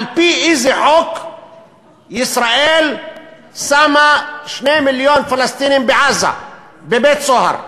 על-פי איזה חוק ישראל שמה 2 מיליון פלסטינים בעזה בבית-סוהר?